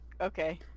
Okay